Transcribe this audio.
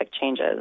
changes